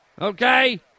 Okay